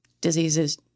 diseases